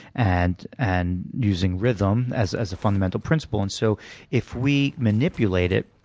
and and using rhythm as as a fundamental principle. and so if we manipulate it,